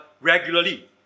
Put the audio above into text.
regularly